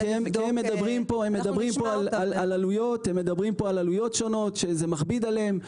לבדוק הם מדברים פה על עלויות שונות שמכבידות עליהם,